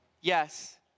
yes